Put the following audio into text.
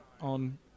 on